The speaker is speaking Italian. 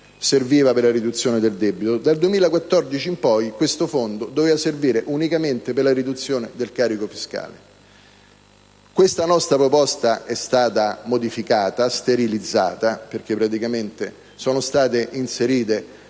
servire per la riduzione del debito e dal 2014 in poi unicamente per la riduzione del carico fiscale. Questa nostra proposta è stata modificata, sterilizzata perché in sostanza sono state inserite